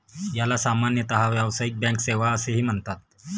याला सामान्यतः व्यावसायिक बँक सेवा असेही म्हणतात